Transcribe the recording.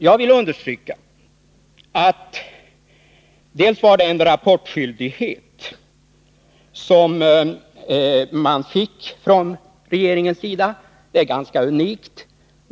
Jag vill understryka följande. För det första var det en rapportskyldighet som regeringen fick. Det är något ganska unikt.